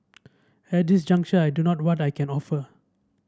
at this juncture I do not what I can offer